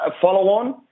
follow-on